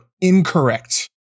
incorrect